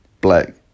black